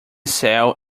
sail